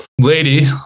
lady